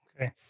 Okay